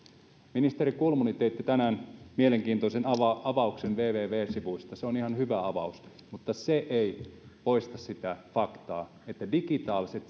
ministeri kulmuni teitte tänään mielenkiintoisen avauksen avauksen www sivuista ja se on ihan hyvä avaus mutta se ei poista sitä faktaa että digitaaliset